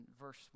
verse